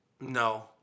no